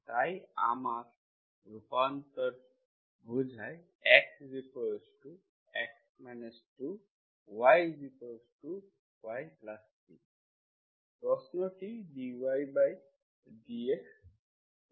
তাই আমার রূপান্তর বোঝায় xX 2 y Y3